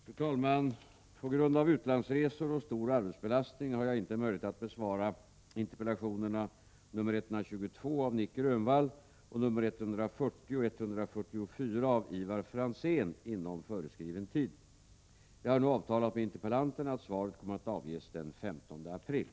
Malmö har trots sin mycket höga arbetslöshet och stora antal socialbidragstagare ändå tagit emot ett stort antal flyktingar. Tyvärr innebär detta flyktingmottagande stora påfrestningar på Malmös ekonomi, då den statliga ersättningen för flyktingkostnaderna betalas ut långt i efterhand. Är invandrarministern beredd att medverka till förändringar, så att statens ersättning till kommunerna för flyktingmottagandet kan betalas ut snabbare än vad som sker för närvarande?